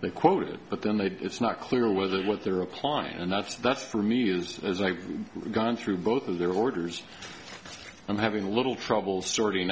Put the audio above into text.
they quoted but then they it's not clear whether what they were applying and that's that's for me is as i've gone through both of their orders and having a little trouble sorting